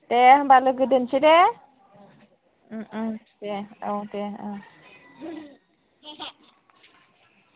दे होनबा लोगो दोनसै दे दे औ दे